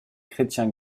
chrétien